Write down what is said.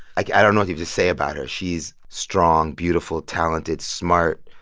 like i don't know what to say about her. she's strong, beautiful, talented, smart,